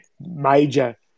major